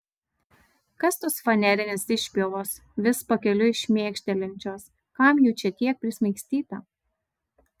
kas tos fanerinės išpjovos vis pakeliui šmėkštelinčios kam jų čia tiek prismaigstyta